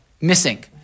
missing